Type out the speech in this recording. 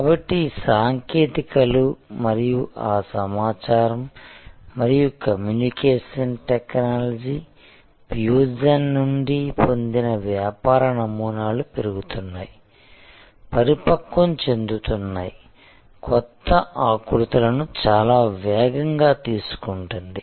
కాబట్టి ఈ సాంకేతికతలు మరియు ఆ సమాచారం మరియు కమ్యూనికేషన్ టెక్నాలజీ ఫ్యూజన్ నుండి పొందిన వ్యాపార నమూనాలు పెరుగుతున్నాయి పరిపక్వం చెందుతున్నాయి కొత్త ఆకృతులను చాలా వేగంగా తీసుకుంటుంది